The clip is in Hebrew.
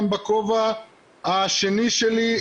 גם בכובע השני שלי,